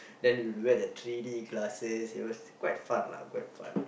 then we revert the three D classes it was quite fun lah quite fun